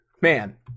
man